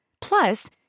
Plus